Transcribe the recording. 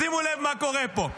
שימו לב מה קורה פה,